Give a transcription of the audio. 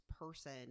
person